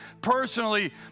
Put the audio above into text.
personally